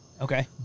Okay